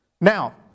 Now